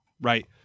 right